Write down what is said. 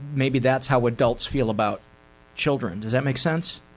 maybe that's how adults feel about children. does that make sense?